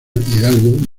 hidalgo